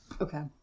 Okay